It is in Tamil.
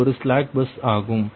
இது ஒரு ஸ்லாக் பஸ் ஆகும்